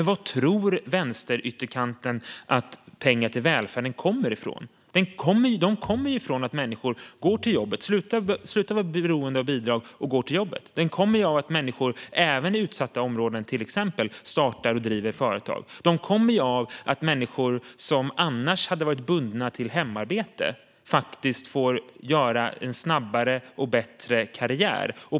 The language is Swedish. Var tror vänsterytterkanten att pengar till välfärden kommer ifrån? De kommer ju från att människor slutar vara beroende av bidrag och går till jobbet. De kommer av att människor, även i utsatta områden, till exempel startar och driver företag. De kommer av att människor som annars hade varit bundna till hemarbete får göra en snabbare och bättre karriär.